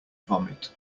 vomit